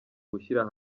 gushyira